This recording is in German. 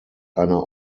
einer